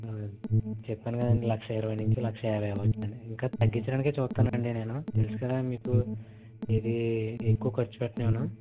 చెప్పాను కదండి లక్ష ఇరవై నుంచి లక్ష యాభై అవ్వచ్చండి ఇంకా తగ్గించడానికే చూస్తానండి నేను తెలుసు కదా మీకు ఏది ఎక్కువ ఖర్చు పెట్టనివ్వను